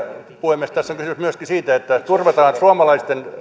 puhemies tässä on kysymys myöskin siitä että turvataan suomalaisen